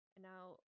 Now